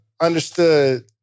understood